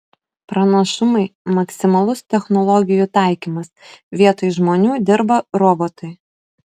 pranašumai maksimalus technologijų taikymas vietoj žmonių dirba robotai